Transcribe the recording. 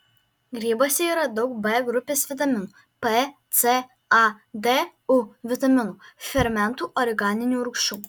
grybuose yra daug b grupės vitaminų p c a d u vitaminų fermentų organinių rūgščių